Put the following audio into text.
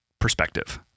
perspective